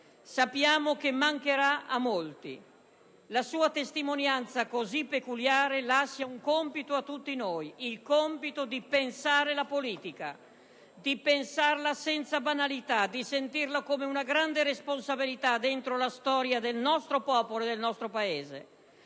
Sappiamo che mancherà a molti. La sua testimonianza così peculiare lascia un compito a tutti noi, il compito di pensare la politica, di pensarla senza banalità, di sentirla come una grande responsabilità dentro la storia del nostro popolo e del nostro Paese.